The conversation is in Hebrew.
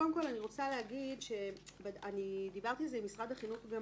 קודם כל, אני דיברתי על זה עם משרד החינוך גם